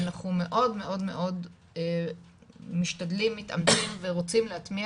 אנחנו מאוד מאוד משתדלים מתאמצים ורוצים להטמיע